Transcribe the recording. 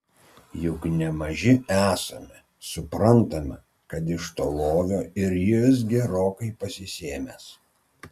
juk ne maži esame suprantame kad iš to lovio ir jis gerokai pasisėmęs